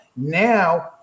Now